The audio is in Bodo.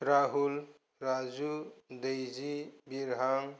राहुल राजु दैजि बिरहां